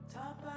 top